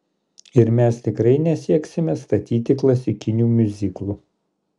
ir mes tikrai nesieksime statyti klasikinių miuziklų